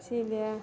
इसीलिए